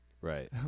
Right